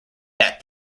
that